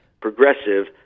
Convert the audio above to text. progressive